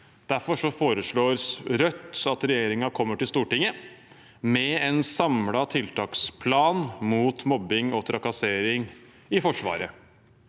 Derfor foreslår Rødt at regjeringen kommer til Stortinget med en samlet tiltaksplan mot mobbing og trakassering i Forsvaret.